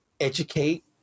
educate